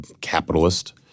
capitalist